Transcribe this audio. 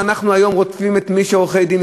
והיום אנחנו רודפים את מי שהם עורכי-דין,